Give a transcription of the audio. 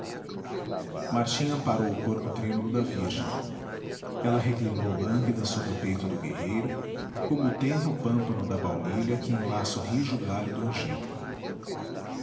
martim amparou o corpo trêmulo da virgem ela reclinou lânguida sobre o peito do guerreiro como o tenro pâmpano da baunilha que enlaça o rijo galho do angico